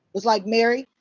was like. mary,